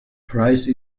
price